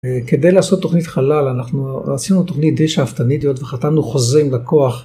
כדי לעשות תוכנית חלל אנחנו עשינו תוכנית די שאפתנית וחתמנו חוזה עם לקוח.